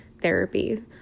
therapy